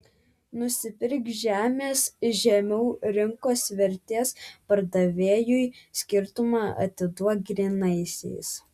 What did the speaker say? nusipirk žemės žemiau rinkos vertės pardavėjui skirtumą atiduok grynaisiais